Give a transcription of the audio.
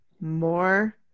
more